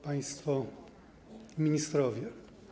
Państwo Ministrowie!